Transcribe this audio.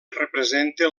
representa